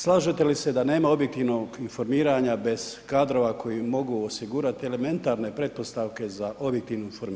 Slažete li se da nema objektivnog informiranja bez kadrova koji mogu osigurati elementarne pretpostavke za objektivno informiranje.